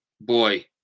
boy